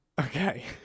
Okay